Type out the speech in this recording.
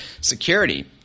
security